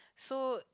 so